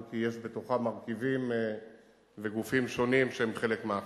אם כי יש בתוכה מרכיבים וגופים שונים שהם חלק מההחלטה.